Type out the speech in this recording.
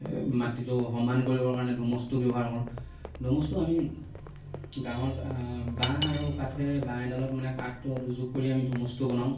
মাটিটো সমান কৰিবৰ কাৰণে ধুমুচটো ব্যৱহাৰ কৰোঁ ধুমুচটো আমি গাঁৱত বাঁহ আৰু কাঠেৰে বাঁহ এডালত মানে কাঠটো দুজোগ কৰি আমি ধুমুচটো বনাওঁ